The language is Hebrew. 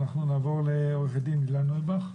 נעבור לעו"ד הילה נויבך, בבקשה.